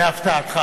להפתעתך.